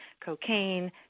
cocaine